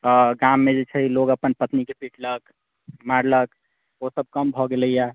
गाममे जे छै लोग अपन पत्नीके पिटलक मारलक ओ सभ कम भए गेलैए